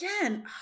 again